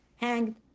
hanged